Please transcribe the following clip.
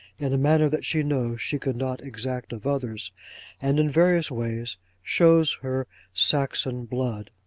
in a manner that she knows she could not exact of others and in various ways shows her saxon blood.